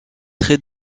très